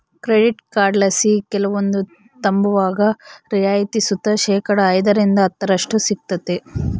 credit ಕಾರ್ಡ್ಲಾಸಿ ಕೆಲವೊಂದು ತಾಂಬುವಾಗ ರಿಯಾಯಿತಿ ಸುತ ಶೇಕಡಾ ಐದರಿಂದ ಹತ್ತರಷ್ಟು ಸಿಗ್ತತೆ